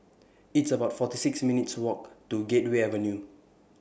It's about forty six minutes' Walk to Gateway Avenue